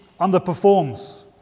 underperforms